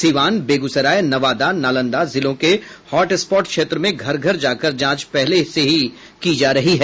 सीवान बेगूसराय नवादा नालंदा जिलों के हॉटस्पॉट क्षेत्र में घर घर जाकर जांच पहले से की जा रही है